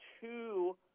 two